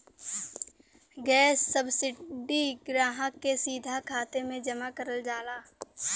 gas subsidy ग्राहक के सीधा खाते में जमा करल जाला